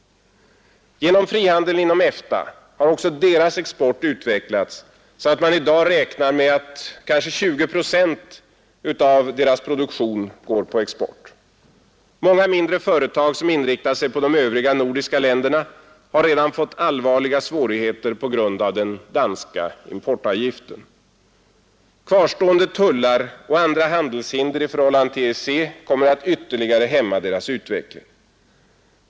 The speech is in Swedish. Genom frihandeln inom EFTA har också deras export utvecklats så att man i dag räknar med att kanske 20 procent av deras produktion går på export. Många mindre företag, som inriktat sig på de övriga nordiska länderna, har redan fått allvarliga svårigheter på grund av den danska importavgiften. Kvarstående tullar och andra handelshinder i förhållande till EEC kommer att ytterligare hämma deras utveckling.